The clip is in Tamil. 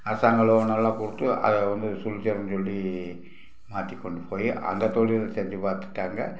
அரசாங்க லோனெல்லாம் போட்டு அதை வந்து சொல்லி தரேன்னு சொல்லி மாற்றிக் கொண்டு போய் அங்கே தொழில் தெரிஞ்சுப் பார்த்துட்டாங்க